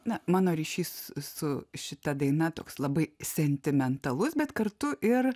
na mano ryšys su šita daina toks labai sentimentalus bet kartu ir